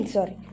Sorry